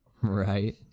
Right